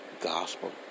gospel